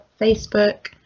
facebook